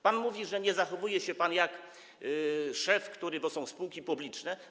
Pan mówi, że nie zachowuje się pan jak szef, bo są spółki publiczne.